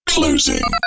Closing